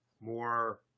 more